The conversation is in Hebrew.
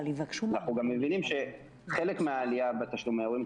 אנחנו גם מבינים שחלק מהעלייה בתשלומי הורים,